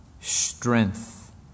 strength